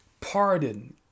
pardon